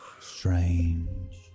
strange